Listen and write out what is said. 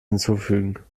hinzufügen